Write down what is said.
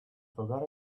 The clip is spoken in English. forgot